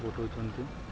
ପଠଉଛନ୍ତି